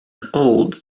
old